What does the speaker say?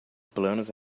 planos